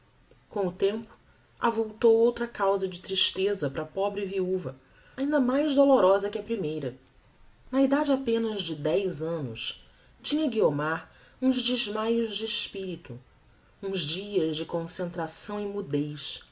com o tempo avultou outra causa de tristeza para a pobre viuva ainda mais dolorosa que a primeira na edade apenas de dez annos tinha guiomar uns desmaios de espirito uns dias de concentração e mudez